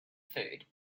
food